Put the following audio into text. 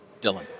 Dylan